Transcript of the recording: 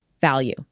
Value